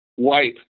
wipe